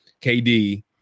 kd